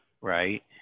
right